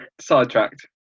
sidetracked